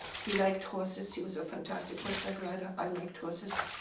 he liked horses. he was a fantastic horseback rider. i liked horses.